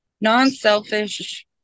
non-selfish